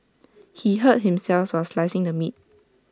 he hurt himself while slicing the meat